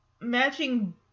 matching